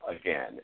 again